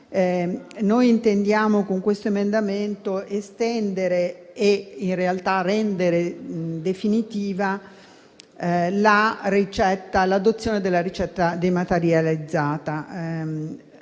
Noi intendiamo con questo emendamento estendere e rendere definitiva l'adozione della ricetta dematerializzata.